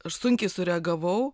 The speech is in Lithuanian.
aš sunkiai sureagavau